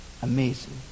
Amazing